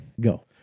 go